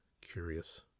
curious